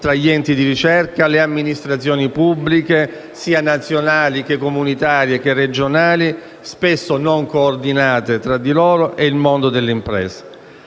tra gli enti di ricerca, le amministrazioni pubbliche sia nazionali, comunitarie che regionali (spesso non coordinate tra loro) e il mondo dell'impresa;